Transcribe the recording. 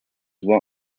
one